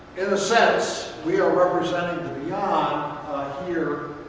in a sense we are representing the beyond here